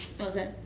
Okay